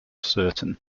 certain